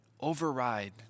override